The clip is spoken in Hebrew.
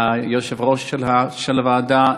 יושב-ראש הוועדה,